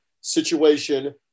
situation